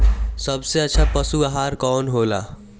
सबसे अच्छा पशु आहार कवन हो ला?